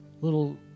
little